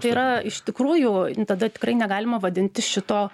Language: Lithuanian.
tai yra iš tikrųjų tada tikrai negalima vadinti šito